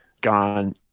gone